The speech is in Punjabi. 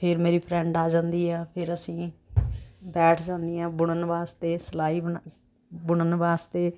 ਫਿਰ ਮੇਰੀ ਫ੍ਰੇਂਡ ਆ ਜਾਂਦੀ ਹੈ ਫਿਰ ਅਸੀਂ ਬੈਠ ਜਾਂਦੀ ਐਂ ਬੁਣਨ ਵਾਸਤੇ ਸਿਲਾਈ ਬੁਣ ਬੁਣਨ ਵਾਸਤੇ